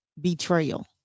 betrayal